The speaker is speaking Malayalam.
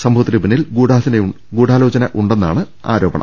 സംഭവത്തിന് പിന്നിൽ ഗൂഢാലോചനയുണ്ടെന്നാണ് ആരോ പണം